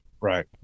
Right